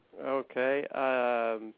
Okay